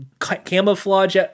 camouflage